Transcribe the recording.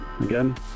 again